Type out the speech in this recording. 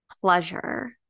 pleasure